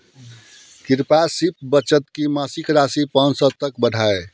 कृपया सिप बचत की मासिक राशी पाँच सौ तक बढ़ाएं